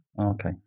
Okay